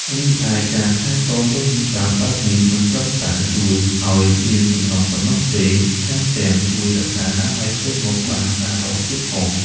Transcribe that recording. រីឯ ការថែទាំរោមចិញ្ចើមបែបនេះ មិនត្រឹមតែជួយឲ្យមានសម្រស់ប៉ុណ្ណោះទេ ថែមទាំងជួយរក្សាអនាម័យផ្ទៃមុខបានស្អាតល្អទៀតផង។